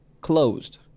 closed